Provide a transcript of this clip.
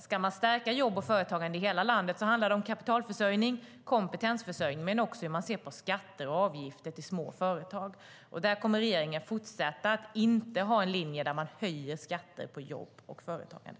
Ska man stärka jobb och företagande i hela landet handlar det om kapitalförsörjning, kompetensförsörjning och också om hur man ser på skatter avgifter i små företag. Där kommer regeringen att fortsätta att ha en linje där man inte höjer skatter på jobb och företagande.